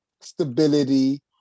Stability